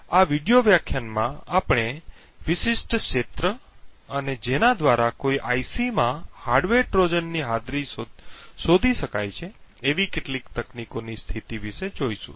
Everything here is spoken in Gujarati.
આ વિડિઓ વ્યાખ્યાનમાં આપણે વિશિષ્ટ ક્ષેત્ર અને જેના દ્વારા કોઈ આઇસી માં હાર્ડવેર ટ્રોજનની હાજરી શોધી શકાય છે એવી કેટલીક તકનીકોની સ્થિતિ વિષે જોઈશું